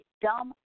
dumb